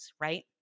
right